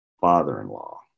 father-in-law